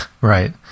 Right